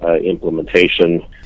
implementation